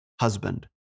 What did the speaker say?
husband